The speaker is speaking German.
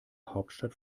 hauptstadt